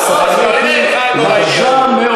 האמת, האמת היא קשה מאוד.